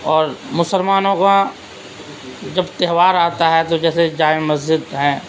اور مسلمانوں کا جب تہوار آتا ہے تو جیسے جامع مسجد ہیں